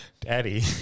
Daddy